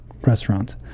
restaurant